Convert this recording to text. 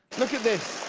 look at this.